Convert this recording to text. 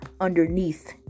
underneath